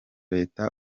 leta